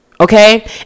okay